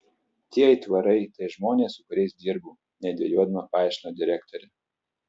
tie aitvarai tai žmonės su kuriais dirbu nedvejodama paaiškino direktorė